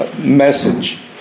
message